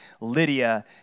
Lydia